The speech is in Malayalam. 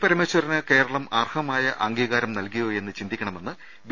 പരമേശ്വരന് കേരളം അർഹമായ അംഗീകാരം നൽകിയോ എന്ന് ചിന്തി ക്കണമെന്ന് ബി